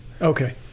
Okay